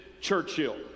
Churchill